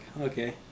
okay